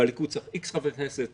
בליכוד צריך X חברי כנסת,